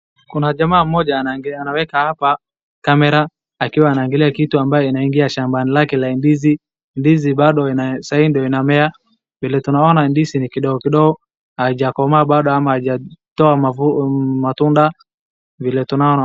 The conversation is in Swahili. Kuna jamaa mmoja anaweka hapa kamera akiwa anaangalia kitu ambayo inaingia shambani lake la ndizi. Ndizi bado saizi ndio inamea. Vile tunaona ndizi ni kidogo kidogo haijakomaa bado ama haijatoa matunda vile tunaona.